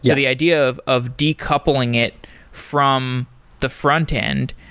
yeah the idea of of decoupling it from the frontend,